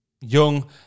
young